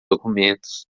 documentos